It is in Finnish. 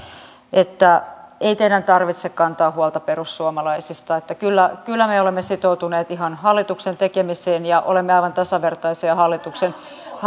että ei teidän tarvitse kantaa huolta perussuomalaisista kyllä kyllä me me olemme sitoutuneet ihan hallituksen tekemiseen ja olemme aivan tasavertaisia